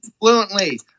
fluently